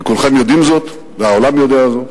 וכולכם יודעים זאת והעולם יודע זאת,